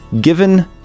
given